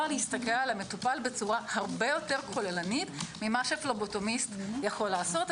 להסתכל על המטופל בצורה הרבה יותר כוללנית ממה שפבלוטומיסט יכול לעשות.